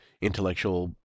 intellectual